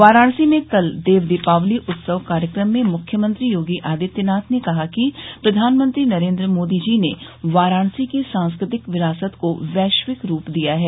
वाराणसी में कल देव दीपावाली उत्सव कार्यक्रम में मुख्यमंत्री योगी आदित्यनाथ ने कहा कि प्रधानमंत्री नरेन्द्र मोदी जी ने वाराणसी की सांस्कृतिक विरासत को वैश्विक रूप दिया है